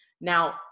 Now